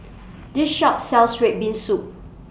This Shop sells Red Bean Soup